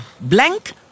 Blank